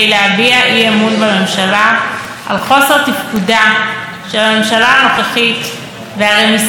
על חוסר תפקודה של הממשלה הנוכחית והרמיסה המתמשכת של שלטון החוק.